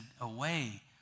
away